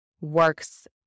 works